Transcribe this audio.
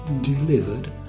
delivered